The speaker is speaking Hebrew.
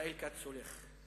ישראל כץ הולך.